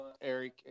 Eric